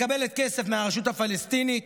מקבלת כסף מהרשות הפלסטינית,